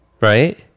right